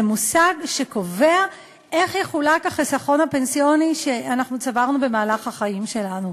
זה מושג שקובע איך יחולק החיסכון הפנסיוני שצברנו במהלך החיים שלנו.